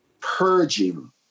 purging